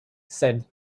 said